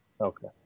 Okay